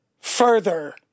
further